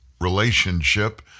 relationship